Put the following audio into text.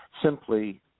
simply